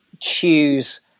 choose